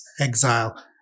exile